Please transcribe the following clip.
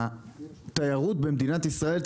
התיירות במדינת ישראל,